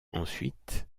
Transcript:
ensuite